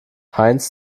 heinz